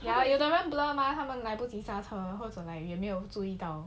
ya 有的人 blur mah 或者来不及刹车也没有注意